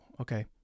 okay